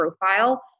profile